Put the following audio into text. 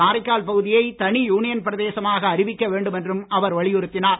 காரைக்கால் பகுதியை தனி யூனியன் பிரதேசமாக அறிவிக்க வேண்டும் என்றும் அவர் வலியுறுத்தினார்